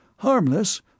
Harmless